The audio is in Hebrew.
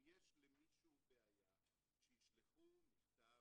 יש ערר ויש בית דין לעבודה.